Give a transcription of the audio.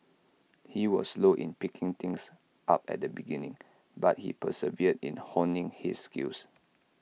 he was slow in picking things up at the beginning but he persevered in honing his skills